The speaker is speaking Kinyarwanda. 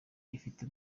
ifite